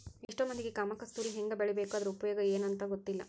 ಎಷ್ಟೋ ಮಂದಿಗೆ ಕಾಮ ಕಸ್ತೂರಿ ಹೆಂಗ ಬೆಳಿಬೇಕು ಅದ್ರ ಉಪಯೋಗ ಎನೂ ಅಂತಾ ಗೊತ್ತಿಲ್ಲ